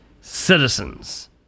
citizens